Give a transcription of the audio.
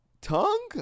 tongue